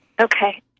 Okay